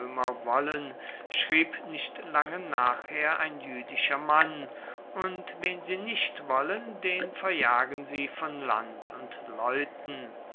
schrieb nicht lange nachher ein jüdischer mann und wen sie nicht wollen den verjagen sie von land und leuten